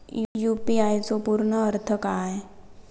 UPI चो पूर्ण अर्थ काय?